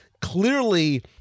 clearly